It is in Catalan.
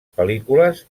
pel·lícules